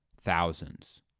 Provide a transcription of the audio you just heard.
Thousands